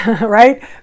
right